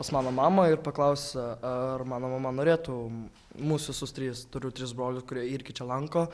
pas mano mamą ir paklausė ar mano mama norėtų mus visus tris turiu tris brolius kurie irgi čia lanko